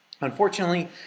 Unfortunately